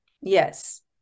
yes